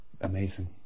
Amazing